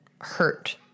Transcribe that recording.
hurt